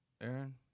Aaron